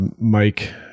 Mike